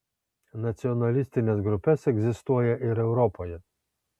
nacionalistines grupes egzistuoja ir europoje